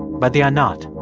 but they are not.